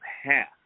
half